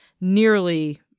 nearly